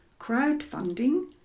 crowdfunding